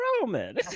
Roman